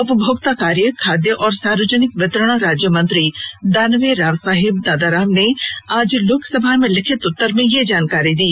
उपभोक्ता कार्य खाद्य और सार्वजनिक वितरण राज्य मंत्री दानवे रावसाहेब दादाराव ने आज लोकसभा में लिखित उत्तर में यह जानकारी दी